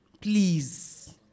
Please